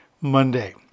Monday